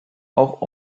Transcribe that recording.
auch